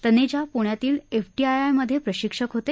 तनेजा प्रण्यातील एफटीआयआयमधे प्रशिक्षक होते